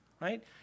right